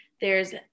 There's-